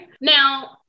Now